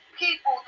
people